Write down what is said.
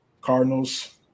Cardinals